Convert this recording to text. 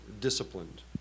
Disciplined